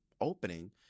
opening